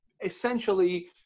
essentially